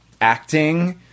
acting